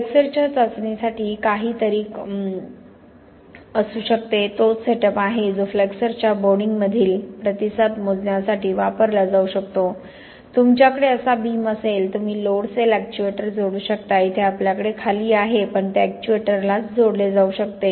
फ्लेक्सरच्या चाचणीसाठी काहीतरी असू शकते तोच सेटअप आहे जो फ्लेक्सरच्या बेंडिंगमधील प्रतिसाद मोजण्यासाठी वापरला जाऊ शकतो तुमच्याकडे असा बीम असेल तुम्ही लोड सेल एक्च्युएटर जोडू शकता इथे आपल्याकडे खाली आहे पण ते एक्च्युएटरलाच जोडले जाऊ शकते